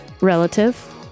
Relative